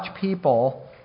people